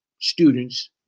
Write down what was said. students